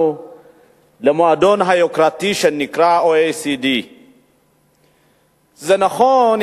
למועדון היוקרתי שנקרא OECD. זה נכון,